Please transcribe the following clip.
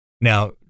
Now